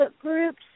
groups